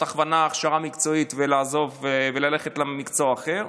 הכוונה והכשרה מקצועית ולעזוב וללכת למקצוע אחר,